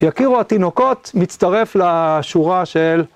יכירו התינוקות, מצטרף לשורה של...